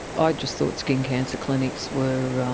ah i just thought skin cancer clinics were,